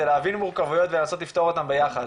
להבין מורכבויות ולנסות לפתור אותן ביחד.